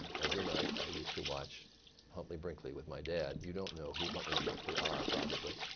every night i used to watch huntley-brinkley with my dad. you don't know who huntley and brinkley are probably.